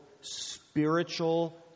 spiritual